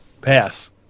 Pass